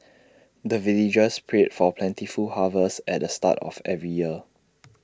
the villagers pray for plentiful harvest at the start of every year